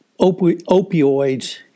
opioids